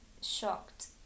shocked